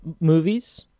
movies